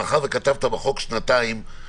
מאחר וכתבת בחוק "שנתיים",